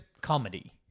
comedy